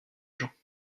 gens